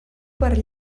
per